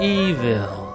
evil